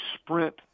sprint